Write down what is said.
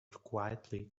quietly